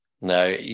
No